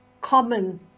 common